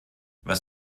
was